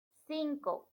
cinco